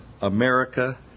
America